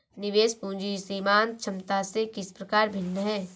निवेश पूंजी सीमांत क्षमता से किस प्रकार भिन्न है?